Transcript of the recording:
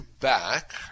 back